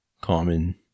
common